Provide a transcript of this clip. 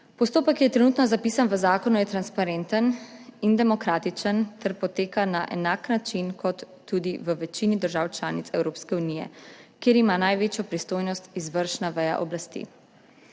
Postopek, ki je trenutno zapisan v zakonu, je transparenten in demokratičen ter poteka na enak način kot tudi v večini držav članic Evropske unije, kjer ima največjo pristojnost izvršna veja oblasti.